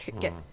get